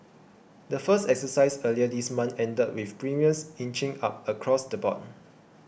the first exercise earlier this month ended with premiums inching up across the board